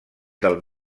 del